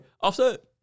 offset